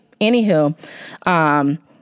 Anywho